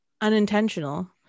unintentional